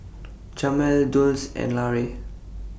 Jamel Dulce and Larae